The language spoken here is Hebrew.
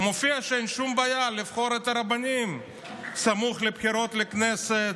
מופיע שאין שום בעיה לבחור את הרבנים סמוך לבחירות לכנסת,